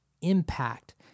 impact